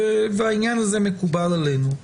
והעניין הזה מקובל עלינו.